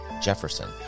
Jefferson